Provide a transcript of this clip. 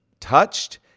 touched